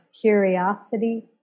curiosity